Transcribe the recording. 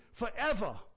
Forever